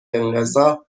انقضا